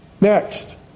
next